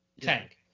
Tank